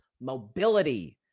Mobility